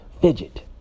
Fidget